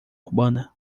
urbana